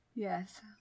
Yes